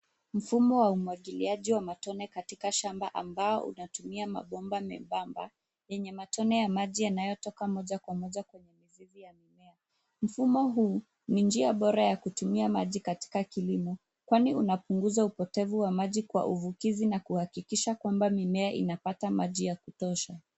Mfumo wa umwagiliaji wa matone katika shamba ambao unatumia mabomba membamba yenye matone ya maji yanayotoka moja kwa moja kwenye mizizi ya mimea. Mfumo huu, ni njia bora ya kutumia maji katika kilimo kwani unapunguza upotevu wa maji kwa uvukizi na kuhakikisha kwamba mimea inapata maji ya kutosha.